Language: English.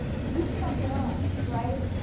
you suck it up, right.